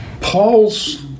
Paul's